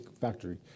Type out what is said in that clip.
Factory